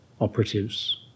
operatives